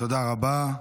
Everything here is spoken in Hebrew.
תודה רבה.